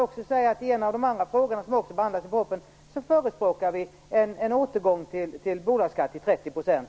Beträffande en av de andra frågor som behandlas i propositionen förespråkar vi en återgång till en bolagsskatt på 30 %.